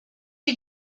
you